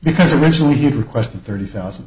because originally he had requested thirty thousand